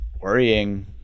worrying